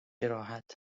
جراحت